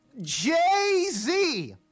Jay-Z